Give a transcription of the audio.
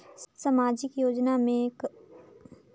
समाजिक योजना मे कतना योजना मे लाभ ले सकत हूं?